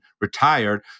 retired